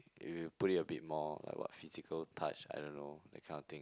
if you put it a bit more like what physical touch I don't know that kind of thing